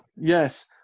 Yes